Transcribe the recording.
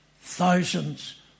Thousands